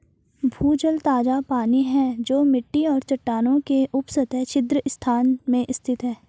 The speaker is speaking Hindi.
भूजल ताजा पानी है जो मिट्टी और चट्टानों के उपसतह छिद्र स्थान में स्थित है